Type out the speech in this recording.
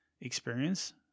experience